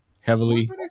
heavily